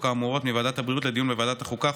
האמורות מוועדת הבריאות לדיון בוועדת החוקה,